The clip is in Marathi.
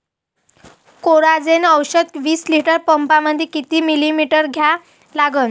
कोराजेन औषध विस लिटर पंपामंदी किती मिलीमिटर घ्या लागन?